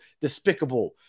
despicable